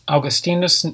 Augustinus